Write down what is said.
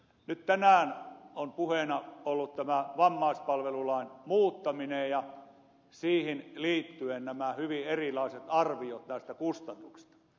nyt tänään ovat puheena olleet vammaispalvelulain muuttaminen ja siihen liittyen nämä hyvin erilaiset arviot näistä kustannuksista